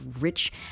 rich